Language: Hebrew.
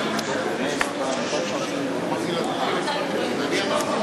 יש שיג ושיח עם השר אהרונוביץ,